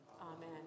Amen